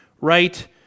right